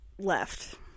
left